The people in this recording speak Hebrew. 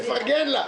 מפרגן לה.